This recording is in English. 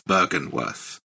Bergenworth